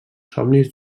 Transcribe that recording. somnis